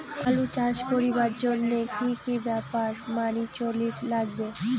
আলু চাষ করিবার জইন্যে কি কি ব্যাপার মানি চলির লাগবে?